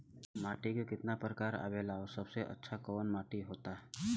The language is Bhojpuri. माटी के कितना प्रकार आवेला और सबसे अच्छा कवन माटी होता?